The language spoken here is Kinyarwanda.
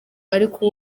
ariko